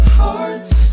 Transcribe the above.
hearts